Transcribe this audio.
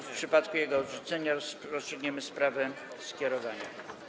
W przypadku jego odrzucenia rozstrzygniemy sprawę skierowania.